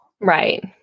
Right